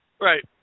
Right